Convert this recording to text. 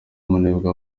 umunebwe